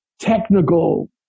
technical